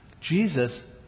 Jesus